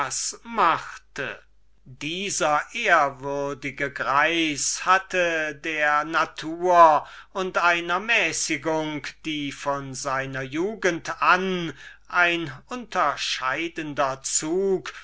machte dieser ehrwürdige greis hatte der natur und der mäßigung welche von seiner jugend an ein unterscheidender zug